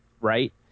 Right